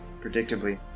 predictably